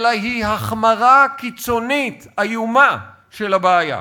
אלא היא החמרה קיצונית, איומה, של הבעיה.